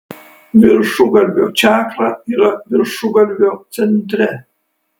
viršugalvio čakra yra viršugalvio centre